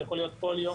וזה יכול להיות כל יום,